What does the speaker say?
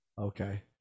Okay